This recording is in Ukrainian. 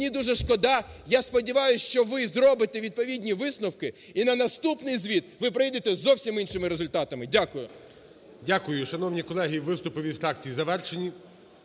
Мені дуже шкода, я сподіваюся, що ви зробите відповідні висновки і на наступний звіт ви прийдете із зовсім іншими результатами. Дякую. 14:05:55 ГОЛОВУЮЧИЙ. Дякую. Шановні колеги, виступи від фракцій завершені.